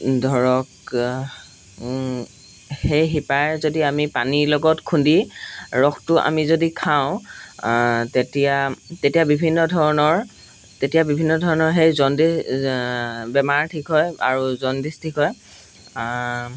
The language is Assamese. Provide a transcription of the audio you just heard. ধৰক সেই শিপাই যদি আমি পানীৰ লগত খুন্দি ৰসটো আমি যদি খাওঁ তেতিয়া তেতিয়া বিভিন্ন ধৰণৰ তেতিয়া বিভিন্ন ধৰণৰ সেই জণ্ডিচ বেমাৰ ঠিক হয় আৰু জণ্ডিচ ঠিক হয়